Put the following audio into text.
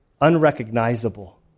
unrecognizable